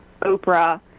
Oprah